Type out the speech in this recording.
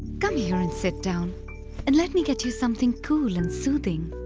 come here and sit down and let me get you something cool and soothing.